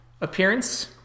appearance